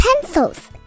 pencils